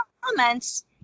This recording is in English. comments